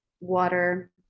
water